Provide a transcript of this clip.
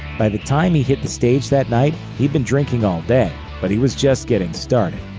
by the time he hit the stage that night, he'd been drinking all day, but he was just getting started.